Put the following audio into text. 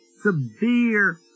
severe